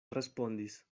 respondis